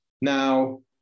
Now